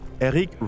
Eric